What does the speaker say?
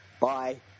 Bye